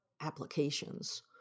applications